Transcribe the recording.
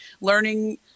learning